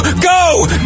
go